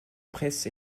presse